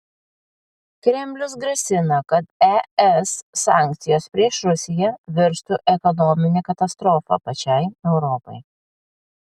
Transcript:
kremlius grasina kad es sankcijos prieš rusiją virstų ekonomine katastrofa pačiai europai